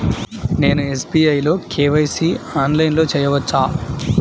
నేను ఎస్.బీ.ఐ లో కే.వై.సి ఆన్లైన్లో చేయవచ్చా?